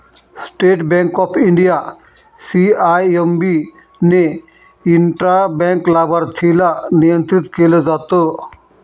state Bank of India, CIMB ने intra bank लाभार्थीला नियंत्रित केलं जात